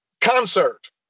Concert